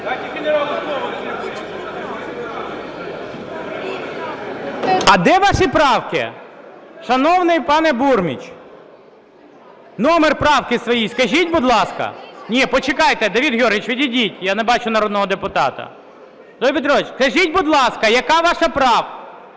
А де ваші правки? Шановний пане Бурміч, номер правки своєї скажіть, будь ласка. Ні, почекайте, Давид Георгійович, відійдіть, я не бачу народного депутата. Анатолій Петрович, скажіть, будь ласка, яка ваша правка?